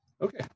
Okay